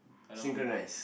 Kallang Wave